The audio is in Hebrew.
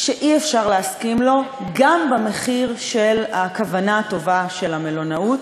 שאי-אפשר להסכים לו גם במחיר של הכוונה הטובה של המלונאות,